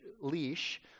leash